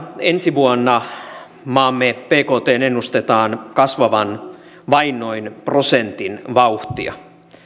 ensi vuonna maamme bktn ennustetaan kasvavan vain noin prosentin vauhtia